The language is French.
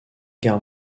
guerre